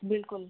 ਬਿਲਕੁਲ